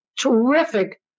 terrific